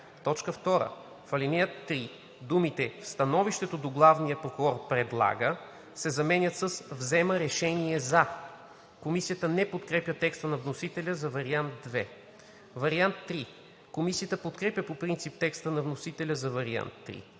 2. В ал. 3 думите „в становището до главния прокурор предлага“ се заменят с „взема решение за“.“ Комисията не подкрепя текста на вносителя за вариант II. Комисията подкрепя по принцип текста на вносителя за вариант